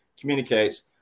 communicates